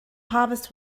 harvest